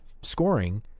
scoring